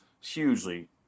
hugely